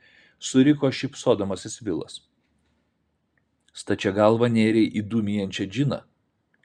suriko šypsodamasis vilas stačia galva nėrei į dūmijančią džiną